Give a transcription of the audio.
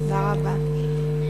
תודה רבה.